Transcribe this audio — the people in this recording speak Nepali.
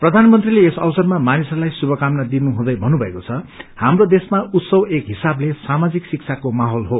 प्राानमंत्रीले यस अवसरमा मानिसहरूलाई शुभकामना दिनुहुँदै भन्नुथएको छ हाम्रो देशमा उत्सव एक हिसाबले सामाजिक शिक्षाको माहौल हो